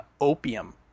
opium